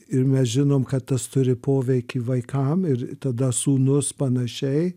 ir mes žinom kad tas turi poveikį vaikam ir tada sūnus panašiai